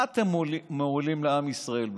מה אתם מועילים לעם ישראל בזה?